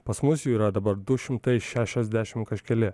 pas mus jų yra dabar du šimtai šešiasdešimt kažkeli